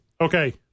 Okay